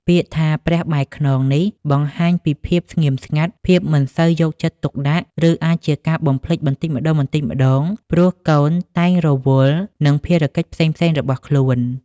ពាក្យថា "ព្រះបែរខ្នង" នេះបង្ហាញពីភាពស្ងៀមស្ងាត់ ភាពមិនសូវយកចិត្តទុកដាក់ ឬអាចជាការបំភ្លេចបន្តិចម្ដងៗ ព្រោះកូនតែងរវល់នឹងភារកិច្ចផ្សេងៗរបស់ខ្លួន។